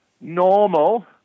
normal